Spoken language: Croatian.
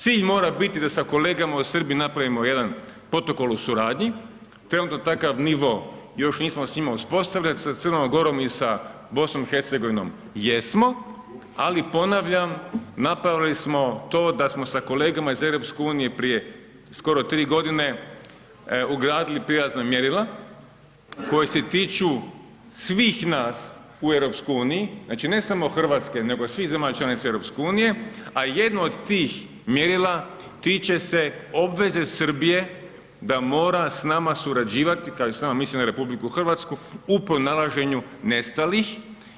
Cilj mora biti da sa kolegama u Srbiji napravimo jedan protokol u suradnji te onda takav nivo, još nismo s njima uspostavili sa Crnom Gorom i sa BIH jesmo, ali ponavljam, napravili smo to da smo sa kolegama iz EU, prije, skoro 3 g. ugradili prijelazna mjerila, koje se tiču svih nas u EU, znači ne samo Hrvatske, nego svih zemalja članica EU, a jedno od tih mjerila, tiče se obveze Srbije, da mora s nama surađivati, kažem s nama, mislim na RH, u pronalaženju nestalih.